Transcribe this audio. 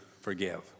forgive